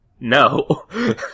No